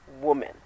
woman